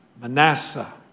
Manasseh